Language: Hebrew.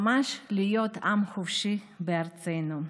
ממש להיות עם חופשי בארצנו.